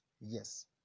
Yes